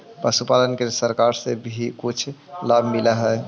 पशुपालन के लिए सरकार से भी कुछ लाभ मिलै हई?